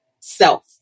self